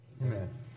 Amen